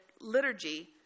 Liturgy